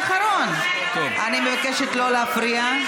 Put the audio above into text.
התבקשתי לומר מילה אחרונה,